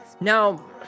Now